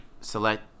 select